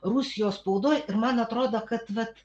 rusijos spaudoj ir man atrodo kad vat